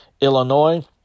Illinois